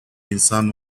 insan